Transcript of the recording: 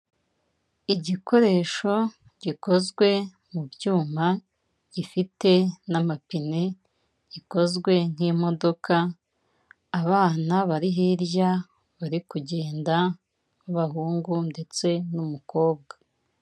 Igikoresho gikozwe mu byuma gifite n'amapine gikozwe nk'imodoka, abana bari hirya bari kugenda b'abahungu ndetse n'umukobwa.